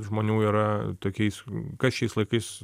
žmonių yra tokiais kas šiais laikais